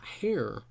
hair